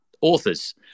authors